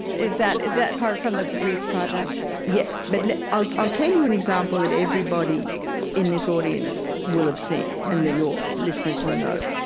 is that a part from the reef project? yeah. but i'll ah tell you an example that everybody in this audience will have seen and that your listeners will know.